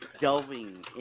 delving